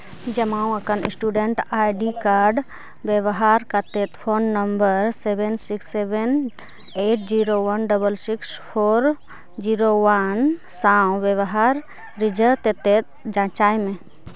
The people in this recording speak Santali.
ᱡᱳᱢᱟ ᱟᱠᱟᱱ ᱥᱴᱩᱰᱮᱱᱴ ᱟᱭᱰᱤ ᱠᱟᱨᱰ ᱵᱮᱵᱚᱦᱟᱨ ᱠᱟᱛᱮᱫ phone number seven six seven eight zero one double six four zero one ᱥᱟᱶ ᱵᱮᱵᱚᱦᱟᱨ ᱨᱤᱡᱷᱟᱹᱣ ᱛᱮᱛᱮᱫ ᱡᱟᱪᱟᱭ ᱢᱮ